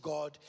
God